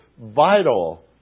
vital